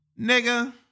nigga